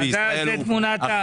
כי היה יוקר מחיה, זאת תמונת המצב.